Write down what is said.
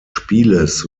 spieles